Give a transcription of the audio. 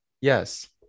Yes